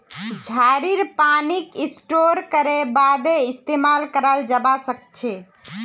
झड़ीर पानीक स्टोर करे बादे इस्तेमाल कराल जबा सखछे